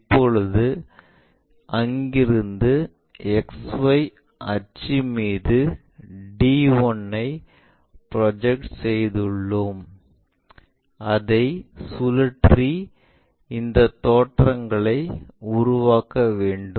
இப்போது அங்கிருந்து XY அச்சு மீது d1 ஐக் ப்ரொஜெக்ட் செய்துள்ளோம் அதை சுழற்றி இந்த தோற்றங்களை உருவாக்க வேண்டும்